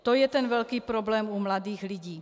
To je ten velký problém u mladých lidí.